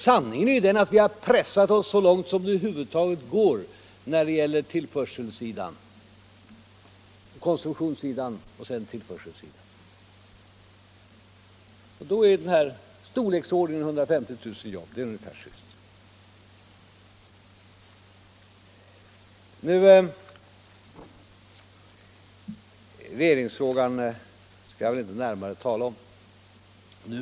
Sanningen är den att vi har pressat oss så långt som det över huvud taget går när det gäller konsumtionen och tillförselsidan. Då är storleksordningen 150 000 jobb korrekt. Regeringsfrågan skall jag väl inte närmare tala om nu.